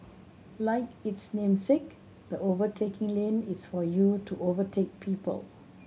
like its namesake the overtaking lane is for you to overtake people